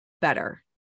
better